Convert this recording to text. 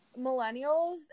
millennials